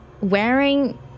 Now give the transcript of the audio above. wearing